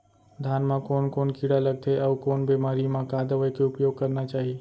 धान म कोन कोन कीड़ा लगथे अऊ कोन बेमारी म का दवई के उपयोग करना चाही?